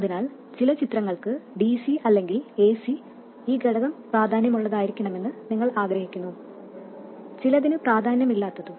അതിനാൽ ചില ചിത്രങ്ങൾക്ക് dc അല്ലെങ്കിൽ ac ഈ ഘടകം പ്രാധാന്യമുള്ളതായിരിക്കണമെന്ന് നിങ്ങൾ ആഗ്രഹിക്കുന്നു ചിലതിനു പ്രാധാന്യമില്ലാത്തതും